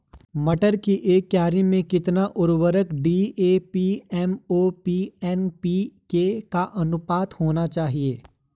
मटर की एक क्यारी में कितना उर्वरक डी.ए.पी एम.ओ.पी एन.पी.के का अनुपात होना चाहिए?